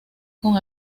con